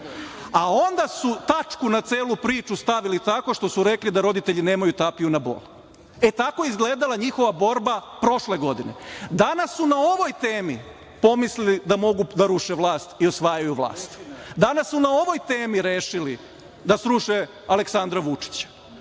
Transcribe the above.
a onda su tačku na celu priču stavili tako što su rekli da roditelji nemaju tapiju na bol. E tako je izgledala njihova borba prošle godine. Danas su na ovoj temi pomislili da mogu da ruše vlast i osvajaju vlast. Danas su na ovoj temi rešili da sruše Aleksandra Vučića.